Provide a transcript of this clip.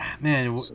man